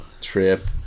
trip